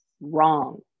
wrong